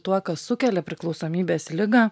tuo kas sukelia priklausomybės ligą